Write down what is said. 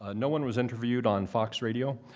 ah no one was interviewed on fox radio,